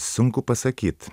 sunku pasakyt